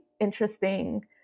interesting